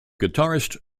guitarist